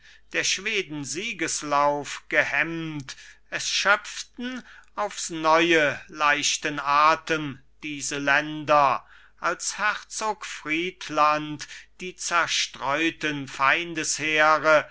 der schweden siegeslauf gehemmt es schöpften aufs neue leichten atem diese länder als herzog friedland die zerstreuten feindesheere